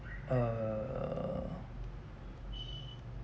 err